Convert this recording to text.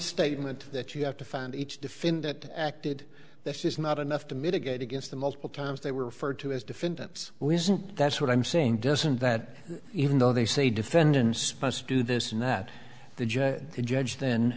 statement that you have to find each defendant acted this is not enough to mitigate against the multiple times they were referred to as defendants who isn't that's what i'm saying doesn't that even though they say defendants supposed to do this and that the judge the judge then